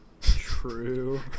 True